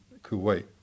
Kuwait